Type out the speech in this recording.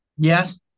Yes